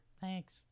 Thanks